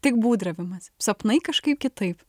tik būdravimas sapnai kažkaip kitaip